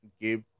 give